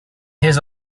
his